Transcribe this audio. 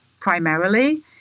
primarily